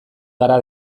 gara